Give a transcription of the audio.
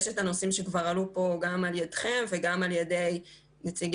יש את הנושאים שכבר עלו כאן על ידכם וגם על ידי נציגי